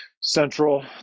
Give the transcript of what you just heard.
central